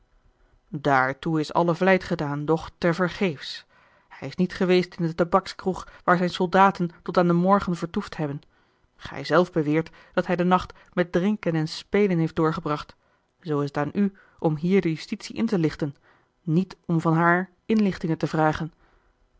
daartoe is alle vlijt gedaan doch tevergeefs hij is niet geweest in den tabackskroeg waar zijne soldaten tot aan den morgen vertoefd hebben gij zelf beweert dat hij den nacht met drinken en spelen heeft doorgebracht zoo is t aan u om hier de justitie in te lichten niet om van haar inlichtingen te vragen